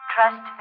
Trust